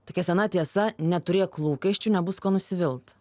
tokia sena tiesa neturėk lūkesčių nebus ko nusivilt